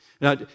Now